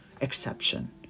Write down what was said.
exception